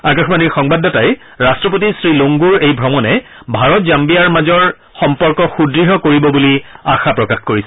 আকাশবাণীৰ সংবাদদাতাই ৰাট্ৰপতি শ্ৰী লুংগুৰ এই ভ্ৰমণে ভাৰত জাম্বিয়াৰ মাজৰ সম্পৰ্ক সুদ্ঢ় কৰিব বুলি আশা প্ৰকাশ কৰিছে